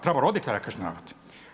Treba roditelja kažnjavat.